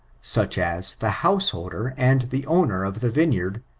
such as the house holder and the owner of the vineyard,